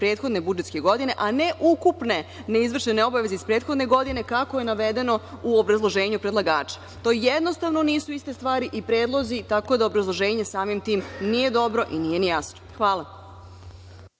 prethodne budžetske godine, a ne ukupne ne izvršene obaveze iz prethodne godine, kako je navedeno u obrazloženju predlagača. To jednostavno nisu iste stvari i predlozi, tako da obrazloženje samim tim nije dobro i nije ni jasno. Hvala.